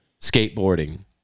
skateboarding